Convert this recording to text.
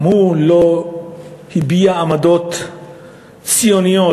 גם הוא לא הביע עמדות ציוניות,